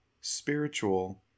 spiritual